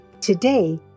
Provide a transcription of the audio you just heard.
Today